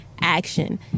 action